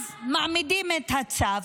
מעמידים את הצו,